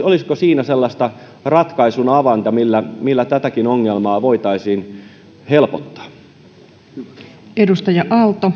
olisiko siinä sellaista ratkaisun avainta millä millä tätäkin ongelmaa voitaisiin helpottaa